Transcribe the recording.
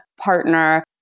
partner